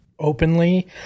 openly